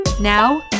Now